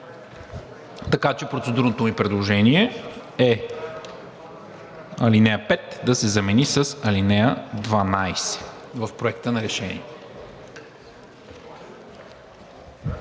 Така че процедурното ми предложение е „ал. 5“ да се замени с „ал. 12“ в Проекта на решение.